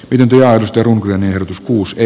pitempi arvostelun ehdotus kuusen